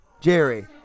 Jerry